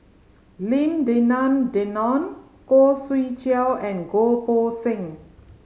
Lim Denan Denon Khoo Swee Chiow and Goh Poh Seng